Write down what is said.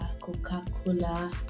coca-cola